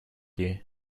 you